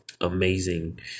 amazing